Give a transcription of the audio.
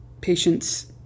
patients